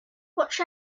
watch